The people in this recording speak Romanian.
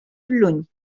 luni